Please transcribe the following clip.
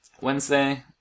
Wednesday